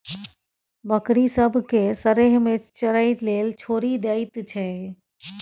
बकरी सब केँ सरेह मे चरय लेल छोड़ि दैत छै